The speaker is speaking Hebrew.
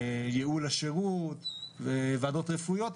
ייעול השירות, ועדות רפואיות.